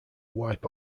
wipe